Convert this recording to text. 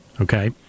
okay